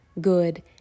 good